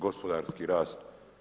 Gospodarski rast.